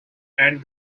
and